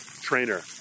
trainer